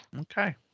Okay